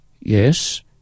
yes